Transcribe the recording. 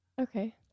Okay